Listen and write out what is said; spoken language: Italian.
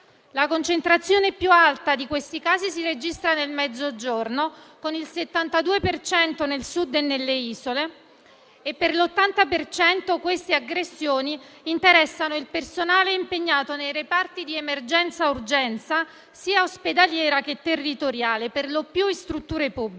La concentrazione più alta di questi casi si registra nel Mezzogiorno, con il 72 per cento al Sud e nelle isole. Per l'80 per cento, queste aggressioni interessano il personale impegnato nei reparti di emergenza e urgenza, sia ospedaliera che territoriale, perlopiù in strutture pubbliche;